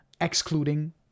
excluding